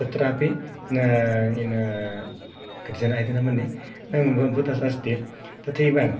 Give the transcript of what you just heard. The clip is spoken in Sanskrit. तत्रापि कतिचन् इति न मन्ये अस्ति तथैव